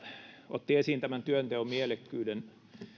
otti esiin työnteon mielekkyyden enkä